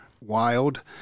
Wild